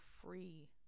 free